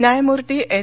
न्यायमूर्ती एन